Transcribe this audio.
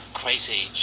crazy